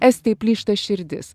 estei plyšta širdis